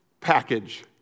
package